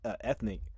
ethnic